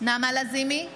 נעמה לזימי,